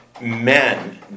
men